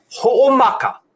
ho'omaka